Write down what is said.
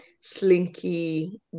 slinky